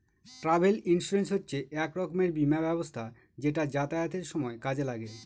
travel insurance হচ্ছে এক রকমের বীমা ব্যবস্থা যেটা যাতায়াতের সময় কাজে লাগে